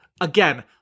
again